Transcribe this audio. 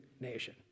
nation